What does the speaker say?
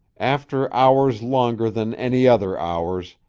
after hours longer than any other hours,